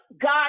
God